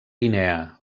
guinea